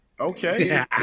Okay